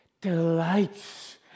delights